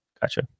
Gotcha